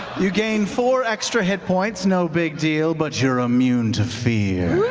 you gain four extra hit points, no big deal, but you're immune to fear.